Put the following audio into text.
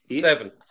Seven